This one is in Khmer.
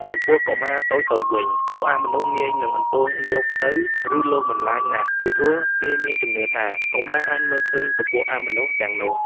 ចំពោះកុមារតូចៗវិញពួកអមនុស្សងាយនឹងអន្ទងយកទៅឬលងបន្លាចណាស់ពីព្រោះគេមានជំនឿថាកុមារអាចមើលឃើញពពួកអមនុស្សទាំងនោះ